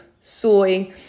soy